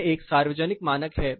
यह एक सार्वजनिक मानक है